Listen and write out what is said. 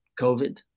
COVID